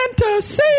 fantasy